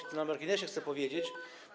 To tak na marginesie chcę powiedzieć.